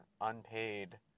unpaid